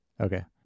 Okay